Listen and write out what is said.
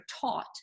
taught